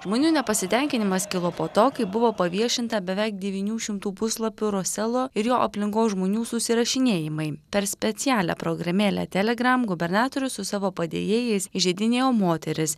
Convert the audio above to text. žmonių nepasitenkinimas kilo po to kai buvo paviešinta beveik devynių šimtų puslapių roselo ir jo aplinkos žmonių susirašinėjimai per specialią programėlę telegram gubernatorius su savo padėjėjais įžeidinėjo moteris